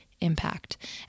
impact